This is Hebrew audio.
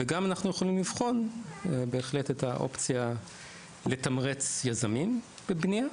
ואנחנו גם בהחלט יכולים לבחון את האופציה לתמרץ יזמים בבינוי,